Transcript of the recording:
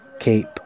Cape